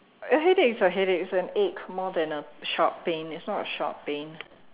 headaches are headaches and aches more than a short pain it is not a short pain